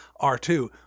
R2